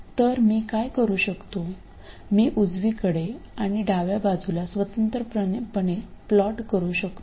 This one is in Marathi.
तर मी काय करू शकतो मी उजवीकडे आणि डाव्या बाजूला स्वतंत्रपणे प्लॉट करू शकतो